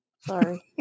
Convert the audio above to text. Sorry